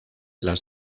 las